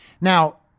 Now